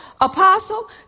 Apostle